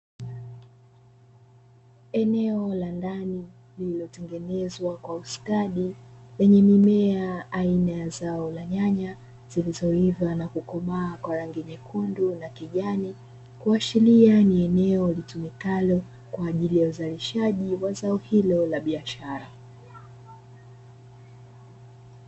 Eneo la ndani lililotengenezwa kwa ustadi. Lenye mimea aina ya zao la nyanya, zilizoiva na kukomaa kwa rangi nyekundu na kijani. Kuashiria ni eneo litumikalo kwa ajili ya uzalishaji wa zao hilo la biashara.